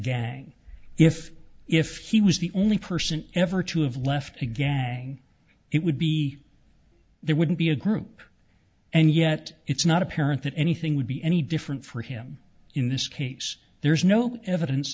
gang if if he was the only person ever to have left again it would be there wouldn't be a group and yet it's not apparent that anything would be any different for him in this case there is no evidence